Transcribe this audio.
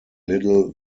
little